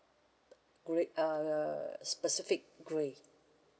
grey err pacific grey